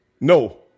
No